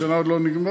השנה עוד לא נגמרה,